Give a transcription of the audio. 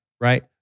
right